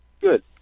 Good